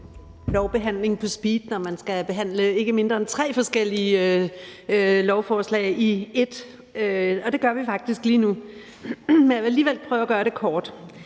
lovbehandling på speed, når man skal behandle ikke mindre end tre forskellige lovforslag i et, og det gør vi faktisk lige nu. Men jeg vil alligevel prøve at gøre det kort.